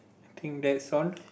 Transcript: I think that's all